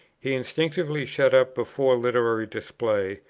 he instinctively shut up before literary display,